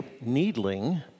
needling